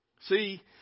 See